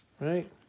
Right